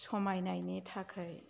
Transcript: समायनायनि थाखै